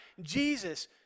Jesus